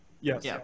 Yes